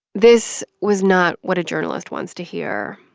this was not what a journalist wants to hear.